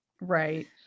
right